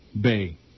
Bay